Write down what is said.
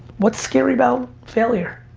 what's scary about failure?